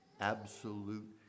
Absolute